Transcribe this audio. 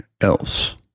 else